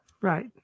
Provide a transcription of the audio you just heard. Right